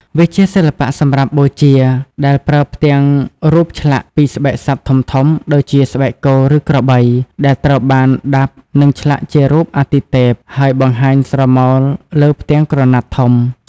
វាជាសិល្បៈសម្រាប់បូជា ដែលប្រើផ្ទាំងរូបឆ្លាក់ពីស្បែកសត្វធំៗ ដូចជាស្បែកគោ ឬក្របី ដែលត្រូវបានដាប់ និងឆ្លាក់ជារូបអាទិទេព ហើយបង្ហាញស្រមោលលើផ្ទាំងក្រណាត់ធំ។